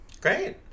great